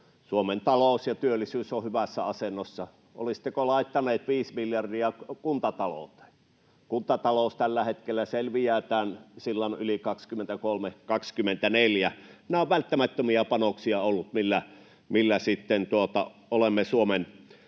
Suomen talous ja työllisyys ovat hyvässä asennossa. Olisitteko laittaneet viisi miljardia kuntatalouteen? Kuntatalous tällä hetkellä selviää tämän sillan 23—24 yli. Nämä ovat välttämättömiä panoksia olleet, millä olemme Suomen